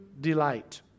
delight